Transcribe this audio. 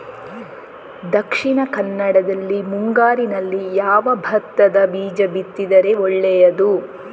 ದಕ್ಷಿಣ ಕನ್ನಡದಲ್ಲಿ ಮುಂಗಾರಿನಲ್ಲಿ ಯಾವ ಭತ್ತದ ಬೀಜ ಬಿತ್ತಿದರೆ ಒಳ್ಳೆಯದು?